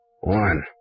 One